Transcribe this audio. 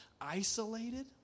isolated